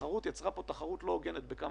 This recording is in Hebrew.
לתחרות יצרה פה תחרות לא הוגנת בכמה